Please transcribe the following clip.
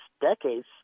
decades